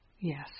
Yes